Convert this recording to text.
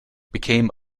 became